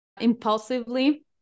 impulsively